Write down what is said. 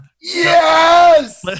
Yes